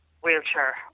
wheelchair